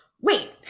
Wait